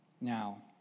Now